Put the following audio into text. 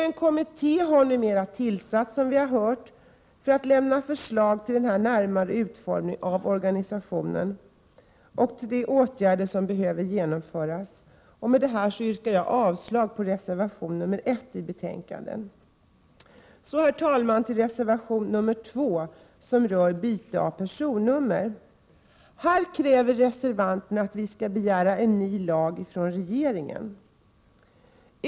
En kommitté har nu tillsatts för att lämna förslag till den närmare utformningen av organisationen och till de åtgärder som behöver vidtas för genomförandet. Med detta yrkar jag avslag på reservation nr 1 till betänkandet. Herr talman! Till reservation nr 2, som rör byte av personnummer. Här kräver reservanterna att vi skall begära en ny lag från regeringen.